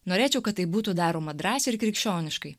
norėčiau kad tai būtų daroma drąsiai ir krikščioniškai